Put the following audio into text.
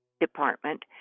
department